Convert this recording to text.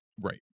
right